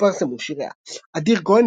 התפרסמו שיריה אדיר כהן,